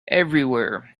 everywhere